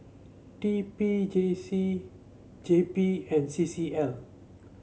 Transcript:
T P J C J P and C C L